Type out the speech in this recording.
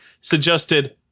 suggested